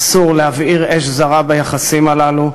אסור להבעיר אש זרה ביחסים הללו.